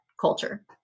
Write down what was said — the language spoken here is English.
culture